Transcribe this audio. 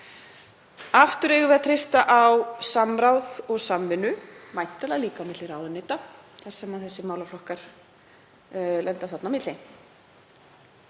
Aftur eigum við að treysta á samráð og samvinnu, væntanlega líka á milli ráðuneyta þar sem þessir málaflokkar lenda þarna á milli.